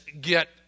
get